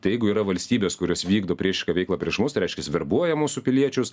tai jeigu yra valstybės kurios vykdo priešišką veiklą prieš mus tai reiškias verbuoja mūsų piliečius